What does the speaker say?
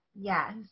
Yes